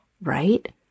right